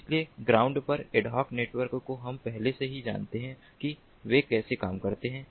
इसलिए ग्राउंड पर ad hoc network को हम पहले से ही जानते हैं कि वे कैसे काम करते हैं